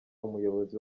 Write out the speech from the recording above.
umuyobozi